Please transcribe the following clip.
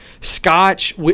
scotch